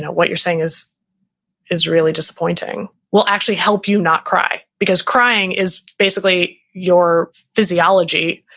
what you're saying is is really disappointing, will actually help you not cry, because crying is basically your physiology.